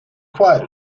quite